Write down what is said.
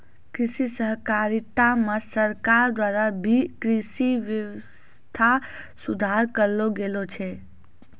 कृषि सहकारिता मे सरकार द्वारा भी कृषि वेवस्था सुधार करलो गेलो छै